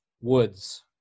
Woods